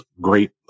great